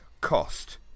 Cost